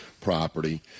property